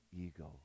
ego